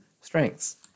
strengths